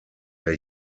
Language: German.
der